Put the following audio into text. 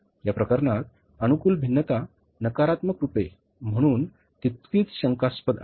या प्रकरणात अनुकूल भिन्नता नकारात्मक रूपे म्हणून तितकीच शंकास्पद आहे